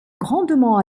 grandement